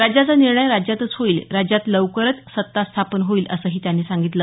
राज्याचा निर्णय राज्यातच होईल राज्यात लवकरच सत्ता स्थापन होईल असंही त्यांनी सांगितलं